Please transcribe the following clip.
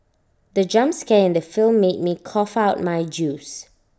the jump scare in the film made me cough out my juice